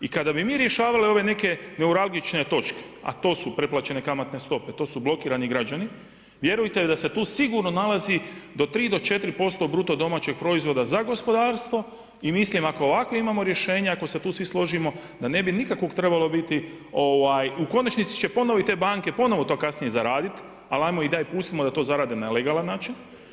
I kada bi mi rješavali ove neke neuralgične točke, a to su preplaćene kamatne stope, blokirani građani, vjerujte da se tu sigurno nalazi do 3 do 4% bruto domaćeg proizvoda za gospodarstvo i mislim ako ovako imamo rješenja ako se tu svi složimo da ne bi nikakvog trebalo biti, u konačnici će ponovo i te banke, ponovo to kasnije zaraditi, ali ajmo ih daj pustimo da to zarade na legalan način.